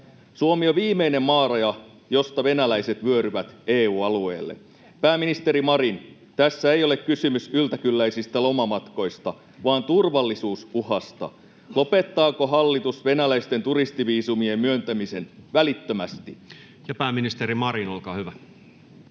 Suomi on viimeinen maaraja, josta venäläiset vyöryvät EU-alueelle. Pääministeri Marin, tässä ei ole kysymys yltäkylläisistä lomamatkoista vaan turvallisuusuhasta. Lopettaako hallitus venäläisten turistiviisumien myöntämisen välittömästi? [Speech 342] Speaker: